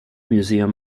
museum